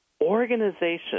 organization